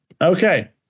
Okay